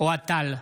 אוהד טל,